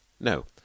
No